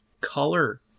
color